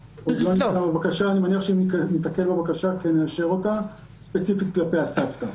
אני מניח שאם ניתקל כן נאשר אותה ספציפית כלפי הסבתא.